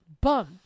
bum